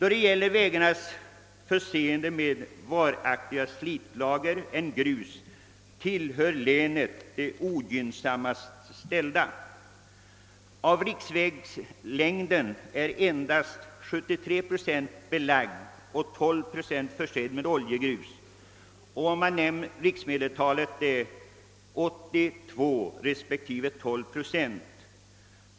Då det gäller vägarnas beläggning med mera varaktiga slitlager än grus hör länet till de sämst ställda. Av hela längden riksvägar är endast 73 procent belagd och 12 procent behandlad med oljegrus. Riksmedeltalen är 82 respektive 12 procent.